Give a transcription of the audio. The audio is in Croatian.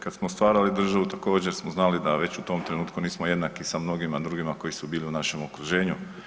Kada smo stvarali državu također smo znali da već u tom trenutku nismo jednaki sa mnogim drugima koji su bili u našem okruženju.